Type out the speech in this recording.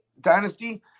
dynasty